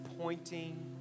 pointing